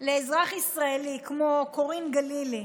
לאזרח ישראלי כמו קורין גלילי,